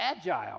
Agile